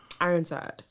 Ironside